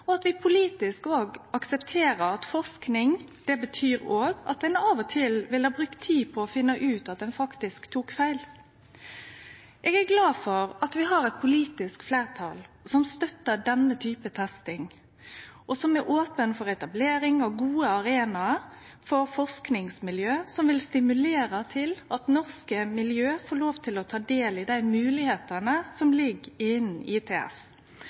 og at vi politisk aksepterer at forsking òg betyr at ein av og til vil ha brukt tid på å finne ut at ein faktisk tok feil. Eg er glad for at vi har eit politisk fleirtal som støttar denne typen testing, som er ope for etablering av gode arenaer for forskingsmiljø, og som vil stimulere til at norske miljø får lov til å ta del i dei moglegheitene som ligg innan ITS.